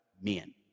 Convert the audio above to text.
men